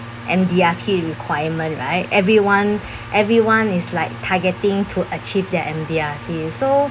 M_D_R_T requirement right everyone everyone is like targeting to achieve their M_D_R_T so